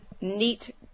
neat